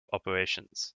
operations